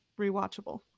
rewatchable